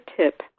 tip